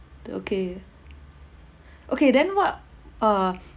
the okay okay then what uh